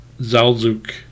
Zalzuk